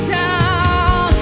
down